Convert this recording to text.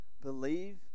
believe